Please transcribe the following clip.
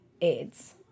aids